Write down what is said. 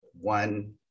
one